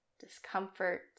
discomfort